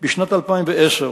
שנת 2010,